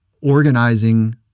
organizing